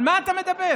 על מה אתה מדבר?